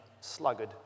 sluggard